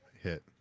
hit